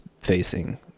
facing